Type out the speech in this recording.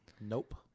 Nope